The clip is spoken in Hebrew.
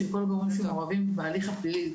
של כל הגורמים שמעורבים בהליך הפלילי,